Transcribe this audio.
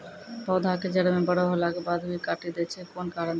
पौधा के जड़ म बड़ो होला के बाद भी काटी दै छै कोन कारण छै?